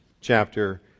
chapter